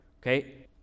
okay